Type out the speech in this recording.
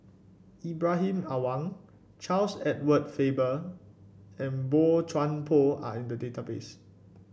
Ibrahim Awang Charles Edward Faber and Boey Chuan Poh are in the database